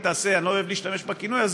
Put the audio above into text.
אני לא אוהב להשתמש בכינוי הזה,